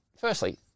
Firstly